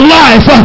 life